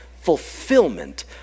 fulfillment